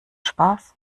spaß